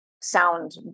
sound